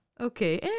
Okay